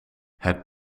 het